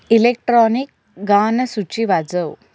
electronic गानसूची वाजव